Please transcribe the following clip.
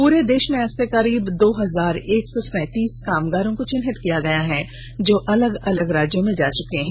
पूरे देश में ऐसे करीब दो हजार एक सौ सैतीस कामगारों को चिहिनत किया गया है जो अलग अलग राज्यों में जा चुके है